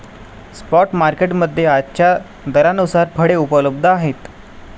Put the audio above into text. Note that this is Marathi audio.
स्पॉट मार्केट मध्ये आजच्या दरानुसार फळे उपलब्ध आहेत